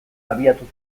abiatu